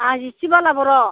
आं जिथि बाला बर'